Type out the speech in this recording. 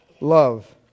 love